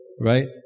right